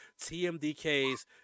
TMDK's